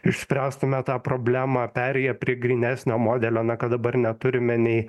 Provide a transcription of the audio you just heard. išspręstume tą problemą perėję prie grynesnio modelio na kad dabar neturime nei